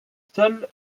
seul